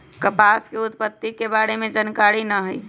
कपास के उत्पत्ति के बारे में जानकारी न हइ